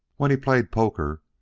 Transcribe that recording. when he played poker,